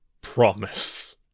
Promise